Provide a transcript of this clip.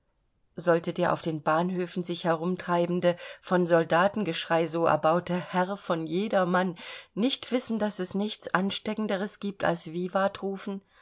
sollte der auf den bahnhöfen sich herumtreibende von soldatengeschrei so erbaute herr von jedermann nicht wissen daß es nichts ansteckenderes gibt als vivat rufen